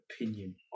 opinion